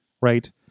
right